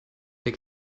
der